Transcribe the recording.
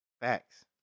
Facts